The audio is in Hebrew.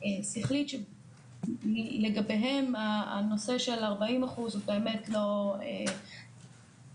שכלית שלגביהם הנושא של 40% הוא באמת לא רלבנטית.